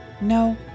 No